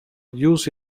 use